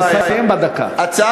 תסיים בדקה.